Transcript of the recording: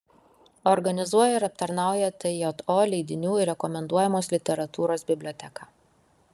organizuoja ir aptarnauja tjo leidinių ir rekomenduojamos literatūros biblioteką